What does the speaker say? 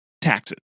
taxes